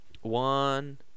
One –